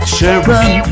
Sharon